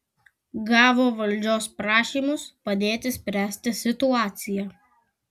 gavo vietos valdžios prašymus padėti spręsti situaciją